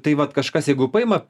tai vat kažkas jeigu paima